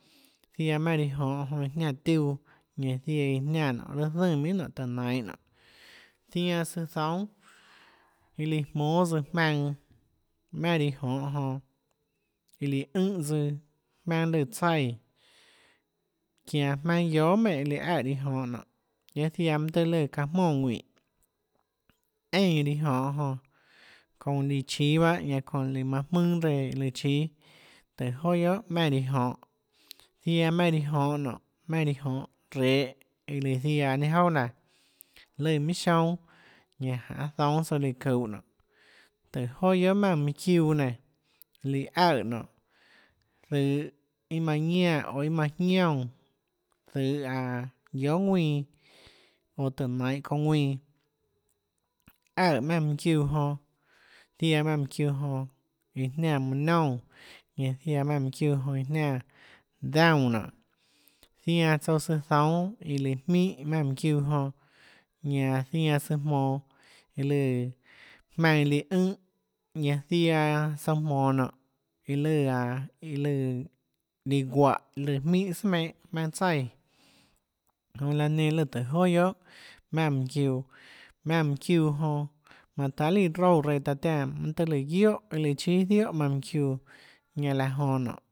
Ziaã maùnã riã jonhå jonã iã jniánã tiuã ñanã ziaã iã jniánã raâ zùnã minhã nonê tùhå nainhå nonê zianã søã zoúnâ iã lùã jmónâ tsøã jmaønã maùã iã jonhå jonã iã líã ùnhã tsøã jmaønâ lùã tsaíã çianå jmaønâ guiohà menè iã líã aøè riã jonhå nonê guiaâ ziaã mønâ tøhê lùã çaã jmónã ðuínhå eínã liã jonhå jonã çounã líã chíâ bahâ ñanã çounã lùã manã jmønâ reã iã lùã chíâ táhå joà guiohà maùnã riã jonhå ziaã maùnã ri jonhå nonê maùnã riã jonhå rehå iã løã ziaã ninâ jouà laã lùã minhà sionâ ñanã janê zoúnã tsouã líã çuhå nonê tùhå joà guiohà maùnã minã çiuã nénå lùã aøè nonê zøhå iâ manå ñánã oå iâ manã jñiónã zøhå aå guiohà ðuinã oå tùhå nainhå çounã ðuinã aøè maùnã mønã çiuã jonã ziaã maùnã mønã çiuã jonã jniánã mønã niónã ñanã ziaã maùnã mønã çiuã jonã jniánã daúnã nonê zianã tsouã øã zoúnâ iã lùã jmínhã maùnã mønã çiuã jonã ñanã zianã søã jmonå iã lùã jmaønã iã lùã ùnhã ñanã zianã tsouã jmonå nonê iã lùã aå iã lùã líã guáhå lùã jmínhã sùà meinhâ jmaønâ tsaíã jonã laã enã ùã tùhå joà guiohà maùnã mønã çiuã maùnã mønã çiuã jonã manã tahà líã roúã reã taã tiánã mønâ tøhê lùã guióhà iâ lùã chíà zióhàmanã mønã çiuã ñanã laã jonã